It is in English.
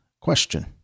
question